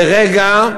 לרגע,